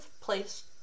place